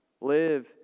live